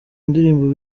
ndirimbo